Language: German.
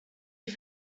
die